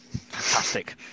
Fantastic